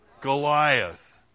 Goliath